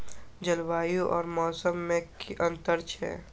जलवायु और मौसम में कि अंतर छै?